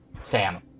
Sam